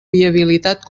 viabilitat